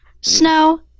snow